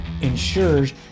ensures